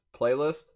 playlist